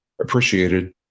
appreciated